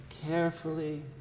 carefully